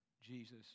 Jesus